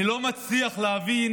אני לא מצליח להבין